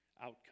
outcome